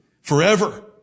forever